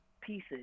pieces